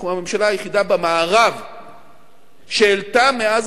אנחנו הממשלה היחידה במערב שהעלתה מאז